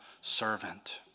servant